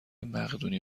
مقدونی